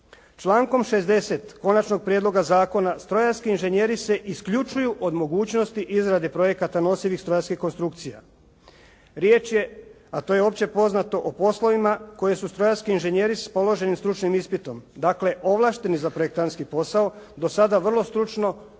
Člankom 60. konačnog prijedloga zakona strojarski inženjeri se isključuju od mogućnosti izrade projekta nosivih strojarskih konstrukcija. Riječ je, a to je opće poznato, o poslovima koje su strojarski inženjeri s položenim stručnim ispitom, dakle ovlašteni za projektantski posao, do sada vrlo stručno,